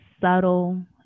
subtle